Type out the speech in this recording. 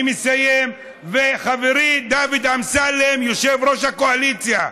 אני מסיים, חברי דוד אמסלם, יושב-ראש הקואליציה,